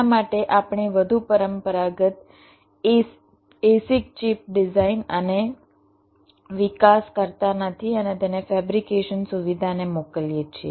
શા માટે આપણે વધુ પરંપરાગત ASIC ચિપ ડિઝાઇન અને વિકાસ કરતા નથી અને તેને ફેબ્રિકેશન સુવિધાને મોકલીએ છીએ